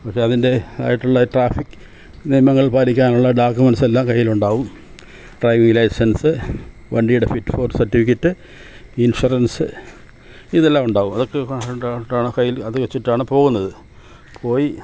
പക്ഷേ അതിൻ്റെതായിട്ടുള്ള ട്രാഫിക് നിയമങ്ങൾ പാലിക്കാനുള്ള ഡാക്കുമൻസെല്ലാം കൈയിലുണ്ടാവും ഡ്രൈവിങ് ലൈസെൻസ് വണ്ടിയുടെ ഫിറ്റ് ഫോർ സർട്ടിഫിക്കറ്റ് ഇൻഷൊറൻസ് ഇതെല്ലാം ഉണ്ടാവും അതൊക്കെ കയ്യിൽ അത് വച്ചിട്ടാണ് പോകുന്നത് പോയി